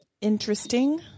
Interesting